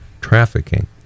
trafficking